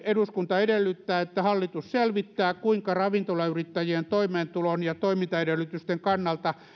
eduskunta edellyttää että hallitus selvittää kuinka ravintolayrittäjien toimeentulon ja toimintaedellytysten kannalta